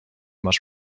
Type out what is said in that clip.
much